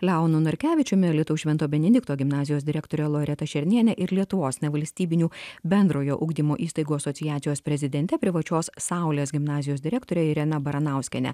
leonu narkevičiumi alytaus švento benedikto gimnazijos direktore loreta šerniene ir lietuvos nevalstybinių bendrojo ugdymo įstaigų asociacijos prezidente privačios saulės gimnazijos direktore irena baranauskiene